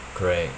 correct